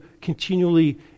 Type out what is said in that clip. continually